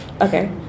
okay